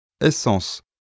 Essence